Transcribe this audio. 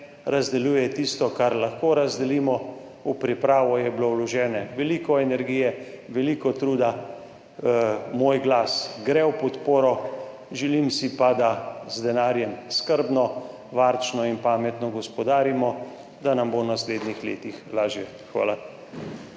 razdeljuje tisto, kar lahko razdelimo. V pripravo je bilo vložene veliko energije, veliko truda. Moj glas gre v podporo. Želim si pa, da z denarjem skrbno, varčno in pametno gospodarimo, da nam bo v naslednjih letih lažje. Hvala.